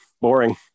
Boring